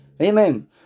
Amen